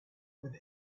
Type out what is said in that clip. with